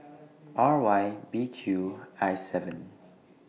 R Y B Q I seven